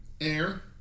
air